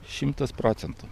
šimtas procentų